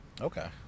Okay